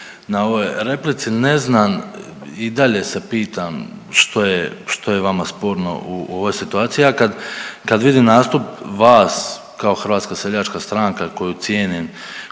na ovoj replici. Ne znam i dalje se pitam što je, što je vama sporno u ovoj situaciji. Ja kad vidim nastup vas kao Hrvatska seljačka stranka koju cijenim,